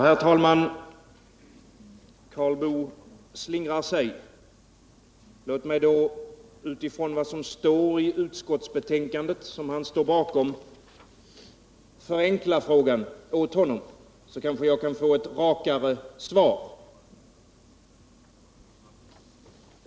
Herr talman! Karl Boo slingrar sig. Låt mig med utgångspunkt från vad som står i utskottsbetänkandet, som han står bakom, förenkla frågan åt honom, så kanske jag kan få ett rakare svar.